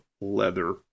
leather